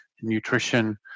nutrition